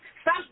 Stop